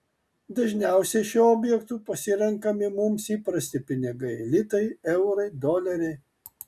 dažniausiai šiuo objektu pasirenkami mums įprasti pinigai litai eurai doleriai